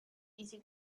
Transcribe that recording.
easy